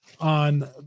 on